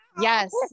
Yes